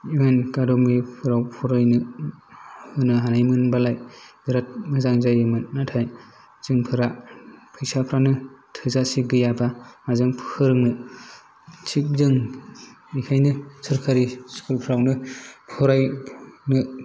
U एन एकाडेमीफ्राव फरायनो होनो हानायमोनबालाय बिराद मोजां जायोमोन नाथाय जोंफोरा फैसाफ्रानो थोजासे गैयाबा माजों फोरोंनो थिग जों बेखायनो सरकारि स्कुलफ्रावनो फरायनो